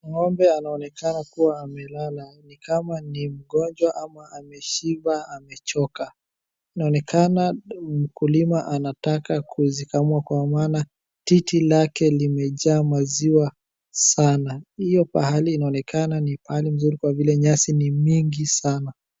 Ng'ombe anaonekana kuwa amelala nikama ni mgonjwa ama ameshiba amechoka. Inaonekana mkulima anataka kuzikamua kwa maana titi lake limejaa maziwa sana. Hio pahali inaonekana pahali mzuri kwa vile nyasi ni mingi sana.